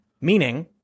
meaning